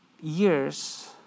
years